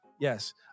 yes